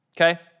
Okay